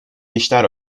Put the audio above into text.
بیشتر